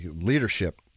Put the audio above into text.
Leadership